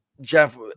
Jeff